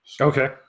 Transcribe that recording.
Okay